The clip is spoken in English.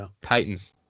Titans